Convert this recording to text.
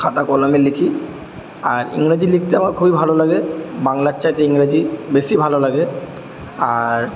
খাতা কলমে লিখি আর ইংরাজি লিখতে আমার খুবই ভালো লাগে বাংলার চাইতে ইংরাজি বেশি ভালো লাগে আর